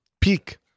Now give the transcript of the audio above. Peak